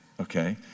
okay